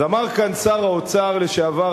אז אמר כאן שר האוצר לשעבר,